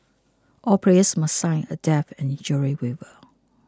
all players must sign a death and injury waiver